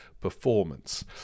performance